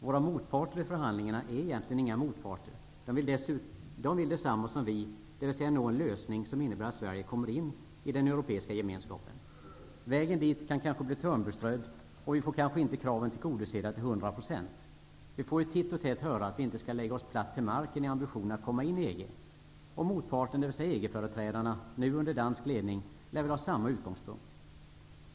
Våra motparter i förhandlingarna är egentligen inga motparter. De vill detsamma som vi, dvs. nå en lösning som innebär att Sverige kommer in i den europeiska gemenskapen. Vägen dit blir kanske törnbeströdd, och våra krav blir kanske inte tillgodosedda till hundra procent. Vi får ju titt och tätt höra att vi inte skall lägga oss platt till marken i ambitionen att komma in i EG. Motparten, dvs. EG-företrädarna -- nu under dansk ledning -- lär ha samma utgångspunkt.